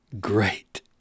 great